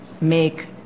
make